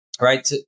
Right